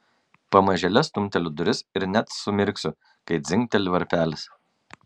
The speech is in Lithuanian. pamažėle stumteliu duris ir net sumirksiu kai dzingteli varpelis